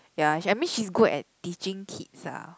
ya she I mean she's good at teaching kids ah